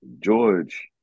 George